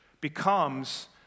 becomes